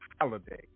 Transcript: holiday